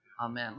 Amen